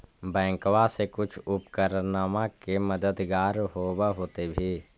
बैंकबा से कुछ उपकरणमा के मददगार होब होतै भी?